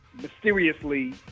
mysteriously